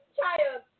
child